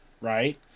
Right